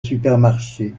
supermarché